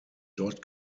dort